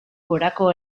gorako